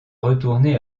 retourner